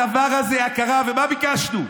הדבר הזה קרה, ומה ביקשנו?